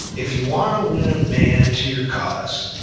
if you want to win a man to your cause,